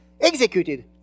executed